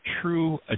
true